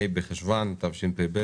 ה' בחשוון התשפ"ב,